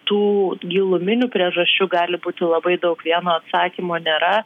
tų giluminių priežasčių gali būti labai daug vieno atsakymo nėra